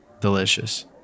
delicious